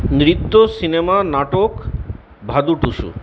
নৃত্য সিনেমা নাটক ভাদু টুসু